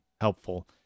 helpful